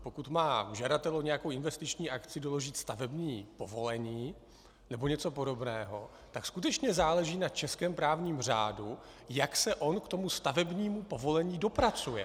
Pokud má žadatel o nějakou investiční akci doložit stavební povolení nebo něco podobného, tak skutečně záleží na českém právním řádu, jak se on k tomu stavebnímu povolení dopracuje.